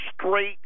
straight